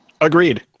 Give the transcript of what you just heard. Agreed